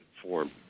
form